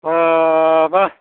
बा बा